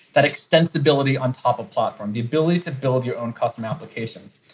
that extensibility on top of platform, the ability to build your own custom applications.